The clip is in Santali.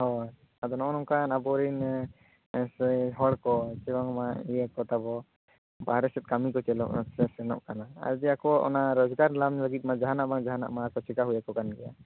ᱦᱳᱭ ᱟᱫᱚ ᱱᱚᱜᱼᱚᱭ ᱱᱚᱝᱠᱟ ᱟᱵᱚᱨᱮᱱ ᱥᱮ ᱦᱚᱲ ᱠᱚ ᱥᱮ ᱵᱟᱝᱢᱟ ᱤᱭᱟᱹ ᱠᱚ ᱛᱟᱵᱚ ᱵᱟᱨᱦᱮ ᱥᱮᱫ ᱠᱟᱹᱢᱤ ᱠᱚ ᱪᱮᱫᱚᱜ ᱥᱮᱱᱚᱜ ᱠᱟᱱᱟ ᱟᱨ ᱡᱮ ᱟᱠᱚ ᱚᱱᱟ ᱨᱚᱡᱽᱜᱟᱨ ᱞᱟᱵᱷ ᱞᱟᱹᱜᱤᱫ ᱢᱟ ᱡᱟᱦᱟᱸ ᱱᱟᱜ ᱵᱟᱝ ᱡᱟᱦᱟᱸ ᱱᱟᱜᱢᱟ ᱪᱤᱠᱟᱹ ᱦᱩᱭᱟᱠᱚ ᱠᱟᱱ ᱜᱮᱭᱟ